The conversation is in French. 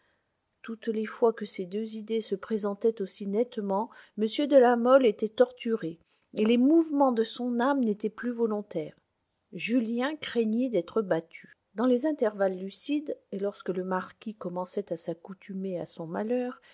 toutes les fois que ces deux idées se présentaient aussi nettement m de la mole était torturé et les mouvements de son âme n'étaient plus volontaires julien craignit d'être battu dans les intervalles lucides et lorsque le marquis commençait à s'accoutumer à son malheur